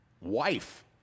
Wife